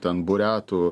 ten buriatų